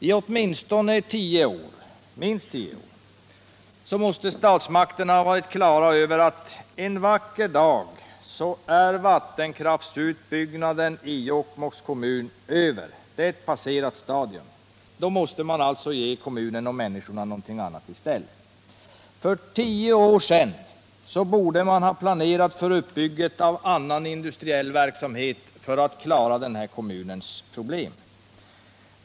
I minst tio år måste statsmakterna ha varit på det klara med att vattenkraftsutbyggnaden i Jokkmokks kommun en vacker dag är ett passerat stadium och att man då måste ge kommunen och människorna någonting annat i stället. För tio år sedan borde man ha planerat annan industriell verksamhet för att klara den här kommunens problem.